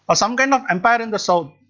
some kind of empire in the south,